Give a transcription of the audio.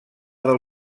del